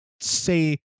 say